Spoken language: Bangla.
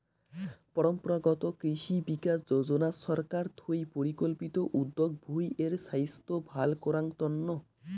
পরম্পরাগত কৃষি বিকাশ যোজনা ছরকার থুই পরিকল্পিত উদ্যগ ভূঁই এর ছাইস্থ ভাল করাঙ তন্ন